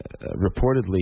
reportedly